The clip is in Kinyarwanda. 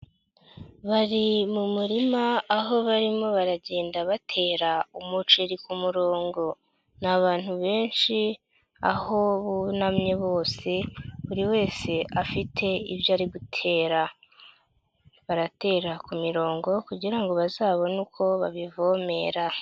Bari mu murima aho barimo baragenda batera umuceri ku murongo ni abantu benshi aho bunamye bose buri wese afite ibyo ari gutera, baratera ku mirongo kugira ngo bazabone uko babivomera.